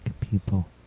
people